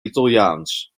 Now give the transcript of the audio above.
italiaans